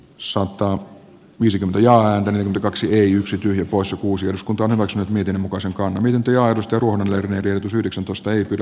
sota viisikymmentä ääntä kaksi yksi tyhjä poissa kuusi uskonto on omaksunut miten muka sekaantuminen työ josta on edellytys yhdeksäntoista ei pidä